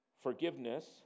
Forgiveness